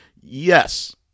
Yes